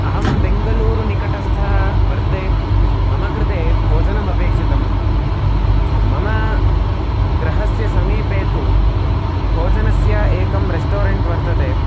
अहं बेङ्गलूरुनिकटस्थः वर्ते मम कृते भोजनम् अपेक्षितं मम गृहस्य समीपे तु भोजनस्य एकं रेस्टोरेण्ट् वर्तते